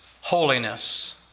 holiness